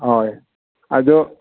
ꯑꯣ ꯑꯗꯨ